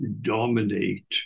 dominate